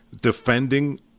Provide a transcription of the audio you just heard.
defending